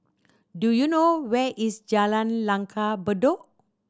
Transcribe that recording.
do you know where is Jalan Langgar Bedok